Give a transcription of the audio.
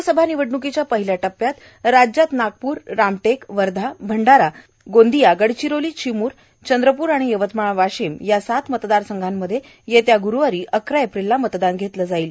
लोकसभा निवडणुकीच्या पहिल्या टप्प्यात राज्यात नागपूर रामटेक वर्धा अंडारा गोंदिया गडचिरोली चिमूर चंद्रपूर आणि यवतमाळ वाशिम या सात मतदार संघामध्ये येत्या गुरुवारी अकरा एप्रिलला मतदान होणार आहे